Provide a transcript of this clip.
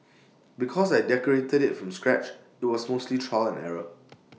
because I decorated IT from scratch IT was mostly trial and error